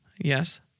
Yes